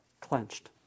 clenched